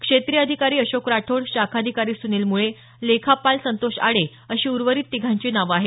क्षेत्रीय अधिकारी अशोक राठोड शाखाधिकारी सुनिल मुळे लेखापाल संतोष आडे अशी उर्वरित तिघांची नावं आहेत